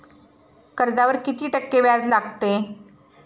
कर्जावर किती टक्के व्याज लागते?